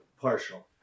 partial